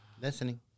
listening